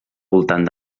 voltant